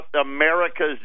America's